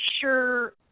sure